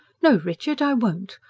no, richard, i won't!